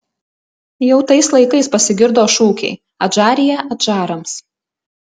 jau tais laikais pasigirdo šūkiai adžarija adžarams